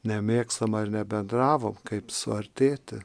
nemėgstam ar nebendravom kaip suartėti